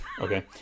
Okay